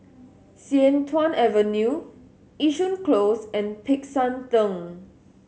Sian Tuan Avenue Yishun Close and Peck San Theng